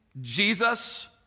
Jesus